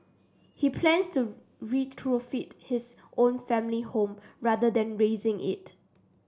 he plans to retrofit his own family home rather than razing it